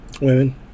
women